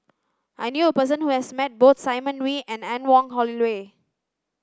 I knew a person who has met both Simon Wee and Anne Wong Holloway